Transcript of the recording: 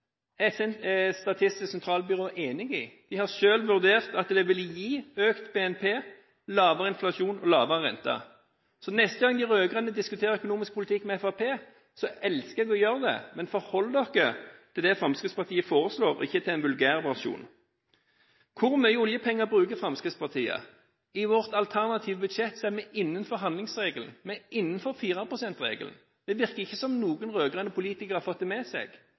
Statistisk sentralbyrå enig i. De har selv vurdert at det vil gi økt BNP, lavere inflasjon og lavere rente. Jeg elsker å diskutere økonomisk politikk med de rød-grønne, men de må forholde seg til det Fremskrittspartiet foreslår, og ikke til en vulgærversjon. Hvor mye oljepenger bruker Fremskrittspartiet? I vårt alternative budsjett er vi innenfor handlingsregelen. Vi er innenfor 4 pst.-regelen. Det virker ikke som om noen rød-grønne politikere har fått det med seg.